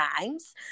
times